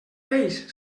peix